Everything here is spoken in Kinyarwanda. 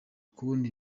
kubona